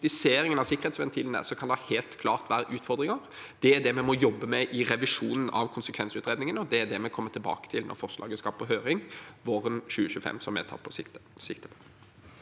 av sikkerhetsventilene helt klart kan være utfordringer. Det er det vi må jobbe med i revisjonen av konsekvensutredningen, og det er det vi kommer tilbake til når forslaget skal på høring våren 2025, som vi tar sikte